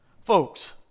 Folks